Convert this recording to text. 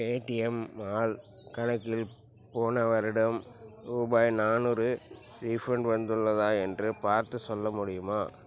Paytm mall கணக்கில் போன வருடம் ரூபாய் நானூறு ரீஃபண்ட் வந்துள்ளதா என்று பார்த்துச் சொல்ல முடியுமா